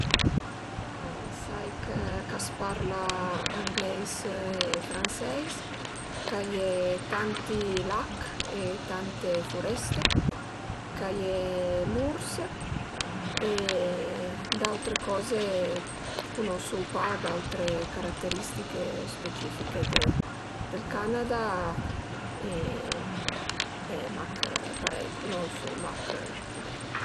Ën Canada sia ch'a s'parla angleis e franseis, ch'a ie tanti lach e tante furest, ch'a ie l'urs e d'autre coze cunosu pa d'autre carateristiche specifiche dël Canada e mach parei, cunosu mach parei